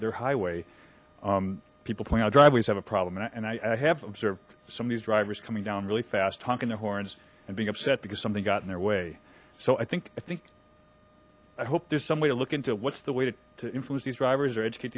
their highway people point our driveways have a problem and i have observed some of these drivers coming down really fast honking their horns and being upset because something got in their way so i think i think i hope there's some way to look into what's the way to influence these drivers or educate